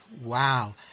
wow